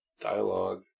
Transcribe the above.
dialogue